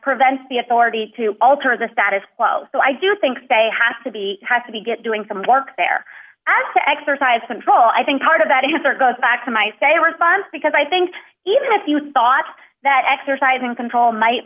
prevents the authority to alter the status quo so i do think they have to be have to be get doing some work they're asked to exercise control i think part of that is or goes back to my say response because i think even if you thought that exercising control might